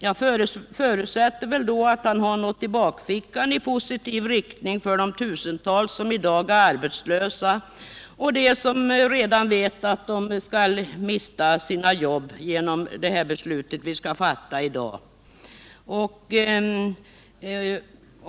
Jag förutsätter att han då har något i bakfickan i positiv riktning för de tusental som i dag är arbetslösa och för dem som redan vet att de skall mista sina jobb genom det beslut vi skall fatta i dag.